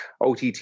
OTT